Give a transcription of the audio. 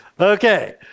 Okay